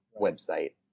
website